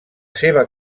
seva